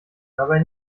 dabei